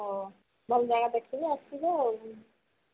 ହଉ ଭଲ ଜାଗା ଦେଖିଲେ ଆସିବ ଆଉ